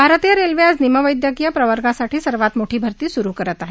भारतीय रेल्वे आज निमवैद्यकीय प्रवर्गासाठी सर्वात मोठी भर्ती सुरु करत आहे